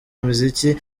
imiziki